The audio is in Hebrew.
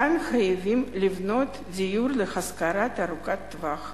כאן חייבים לבנות דיור להשכרה ארוכת טווח.